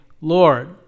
Lord